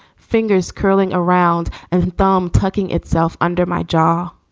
fingers curling around and the thumb, tucking itself under my jaw